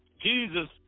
Jesus